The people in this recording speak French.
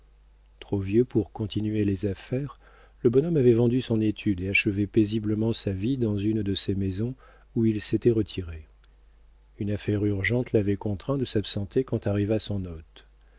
trop vieux pour continuer les affaires le bonhomme avait vendu son étude et achevait paisiblement sa vie dans une de ses maisons où il s'était retiré une affaire urgente l'avait contraint de s'absenter quand arriva son hôte